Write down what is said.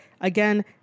Again